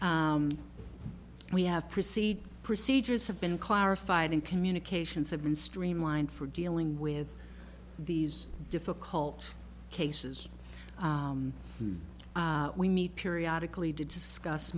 group we have proceed procedures have been clarified and communications have been streamlined for dealing with these difficult cases we need periodic lead to discuss